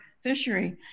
fishery